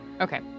Okay